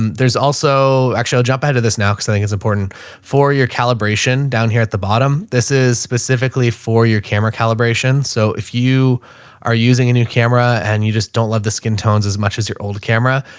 and there's also, actually i'll jump into this now cause i think it's important for your calibration down here at the bottom. this is specifically for your camera calibration. so if you are using a new camera and you just don't love the skin tones as much as your old camera,